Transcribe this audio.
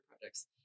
projects